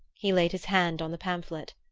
he laid his hand on the pamphlet.